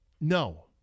No